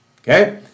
okay